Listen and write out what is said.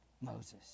Moses